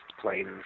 plain